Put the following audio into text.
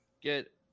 get